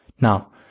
Now